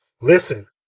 Listen